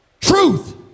Truth